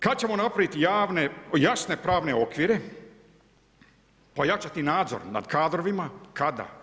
Kada ćemo napraviti jasne pravne okvire, pojačati nadzor nad kadrovima, kada?